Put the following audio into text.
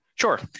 Sure